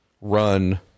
run